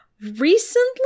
recently